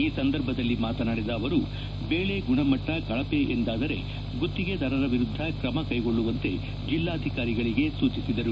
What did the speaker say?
ಈ ಸಂದರ್ಭದಲ್ಲಿ ಮಾತನಾಡಿದ ಅವರು ದೇಳೆ ಗುಣಮಟ್ಟ ಕಳಪೆ ಎಂದಾದರೆ ಗುತ್ತಿಗೆದಾರರ ವಿರುದ್ದ ಕ್ರಮ ಕೈಗೊಳ್ಳುವಂತೆ ಜಿಲ್ಲಾಧಿಕಾರಿಗಳಿಗೆ ಸೂಚಿಸಿದರು